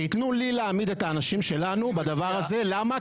שיתנו לי להעמיד את האנשים שלנו בדבר הזה למה?